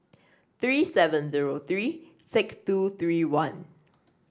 three seven zero three six two three one